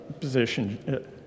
position